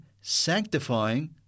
sanctifying